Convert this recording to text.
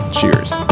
Cheers